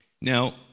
Now